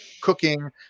cooking